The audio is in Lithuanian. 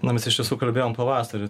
na mes iš visų kalbėjom pavasarį